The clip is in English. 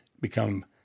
become